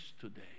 today